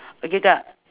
okay kak